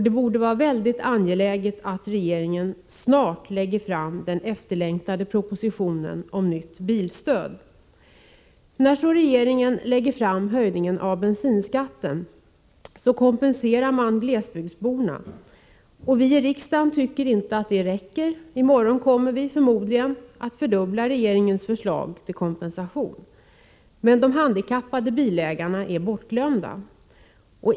Det borde därför vara mycket angeläget för regeringen att snart lägga fram den efterlängtade propositionen om nytt bilstöd. När så regeringen lägger fram förslaget om en höjning av bensinskatten kompenserar man glesbygdsborna. Vi i riksdagen tycker inte att det räcker. I morgon kommer vi förmodligen att fördubbla den kompensation regeringen föreslagit. Men de handikappade bilägarna är bortglömda.